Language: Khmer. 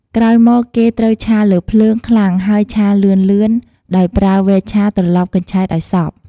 ក្រោយមកគេ ត្រូវឆាលើភ្លើង ខ្លាំង ហើយឆាលឿនៗដោយប្រើវែកឆាត្រលប់កញ្ឆែតឲ្យសព្វ។